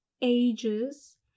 ages